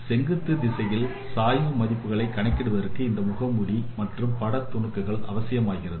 எனவே செங்குத்து திசையில் சாய்வு மதிப்புகளை கணக்கிடுவதற்கு இந்த முகமூடி மற்றும் பட துணுக்குகள் அவசியமாகிறது